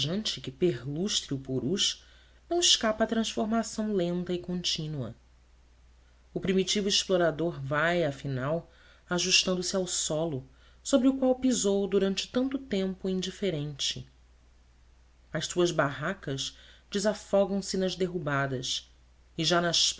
viajante que perlustre o purus não escapa a transformação lenta e contínua o primitivo explorador vai afinal ajustando se ao solo sobre o qual pisou durante tanto tempo indiferente as suas barracas desafogam se nas derrubadas e já nas